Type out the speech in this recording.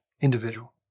individual